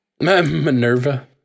Minerva